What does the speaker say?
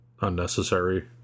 unnecessary